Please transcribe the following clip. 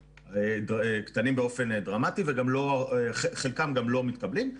קטנים באופן דרמטי וחלקם גם לא מתקבלים.